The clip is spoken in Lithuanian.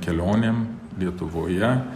kelionėm lietuvoje